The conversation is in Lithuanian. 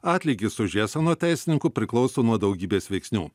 atlygis už jas anot teisininkų priklauso nuo daugybės veiksnių